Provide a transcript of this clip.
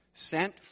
sent